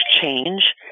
change